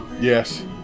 Yes